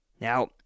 Now